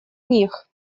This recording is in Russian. них